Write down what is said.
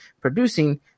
producing